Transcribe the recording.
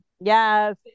Yes